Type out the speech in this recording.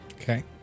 Okay